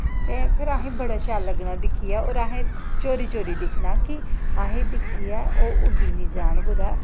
ते फिर असें ई बड़ा शैल लग्गना दिक्खियै होर असें चोरी चोरी दिक्खना कि असें ई दिक्खियै ओह् उड्डी निं जान कुदै